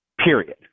period